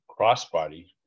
Crossbody